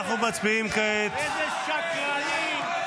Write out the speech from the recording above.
שקרנים, איזה שקרנים.